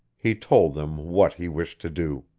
he told them what he wished to do.